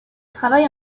travaille